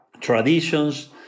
traditions